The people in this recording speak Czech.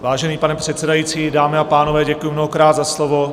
Vážený pane předsedající, dámy a pánové, děkuji mnohokrát za slovo.